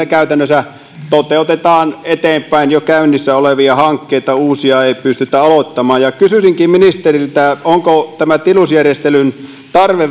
käytännössä toteutetaan eteenpäin jo käynnissä olevia hankkeita uusia ei pystytä aloittamaan kysyisinkin ministeriltä onko tämä tilusjärjestelyn tarve